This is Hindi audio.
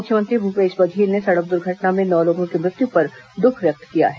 मुख्यमंत्री भूपेश बघेल ने सड़क दुर्घटना में नौ लोगों की मृत्यु पर दुख व्यक्त किया है